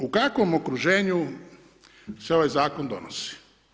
No, u kakvom okruženju se ovaj zakon donosi?